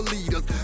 leaders